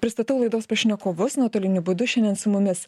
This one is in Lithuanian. pristatau laidos pašnekovus nuotoliniu būdu šiandien su mumis